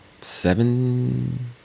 seven